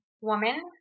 woman